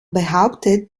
behauptet